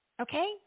Okay